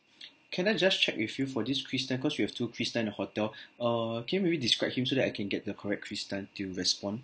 can I just check with you for this chris tan cause we have two chris tan in the hotel err can you maybe describe him so that I can get the correct chris tan to respond